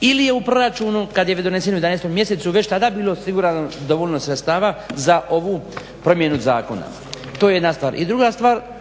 ili je u proračunu kada je već donesen u 11.mjesecu već tada bilo osigurano dovoljno sredstava za ovu promjenu zakona. To je jedna stvar. I druga stvar,